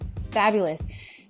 fabulous